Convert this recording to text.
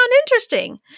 interesting